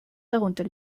darunter